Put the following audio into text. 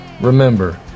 remember